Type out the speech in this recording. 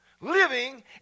living